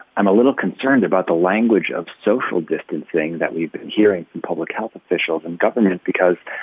i'm a little concerned about the language of social distancing that we've been hearing from public health officials and government because,